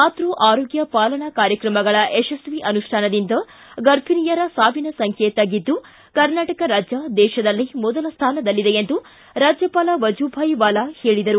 ಮಾತ್ಬ ಆರೋಗ್ಯ ಪಾಲನಾ ಕಾರ್ಯಕ್ರಮಗಳ ಯಶಸ್ವಿ ಅನುಷ್ಟಾನದಿಂದ ಗರ್ಭಿಣಿಯರ ಸಾವಿನ ಸಂಖ್ಯೆ ತಗ್ಗಿದ್ದು ಕರ್ನಾಟಕ ರಾಜ್ಜ ದೇಶದಲ್ಲೇ ಮೊದಲ ಸ್ಥಾನದಲ್ಲಿದೆ ಎಂದು ರಾಜ್ಜಪಾಲ ವಜುಭಾಯ್ ವಾಲಾ ಹೇಳಿದರು